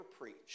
preached